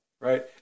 right